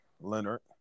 Leonard